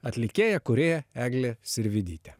atlikėja kūrėja egle sirvydyte